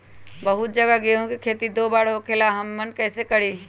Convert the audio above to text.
बहुत जगह गेंहू के खेती दो बार होखेला हमनी कैसे करी?